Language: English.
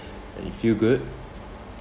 and you feel good